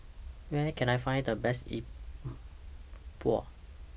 Where Can I Find The Best Yi Bua